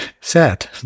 sad